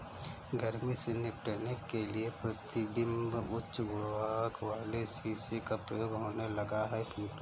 गर्मी से निपटने के लिए प्रतिबिंब उच्च गुणांक वाले शीशे का प्रयोग होने लगा है पिंटू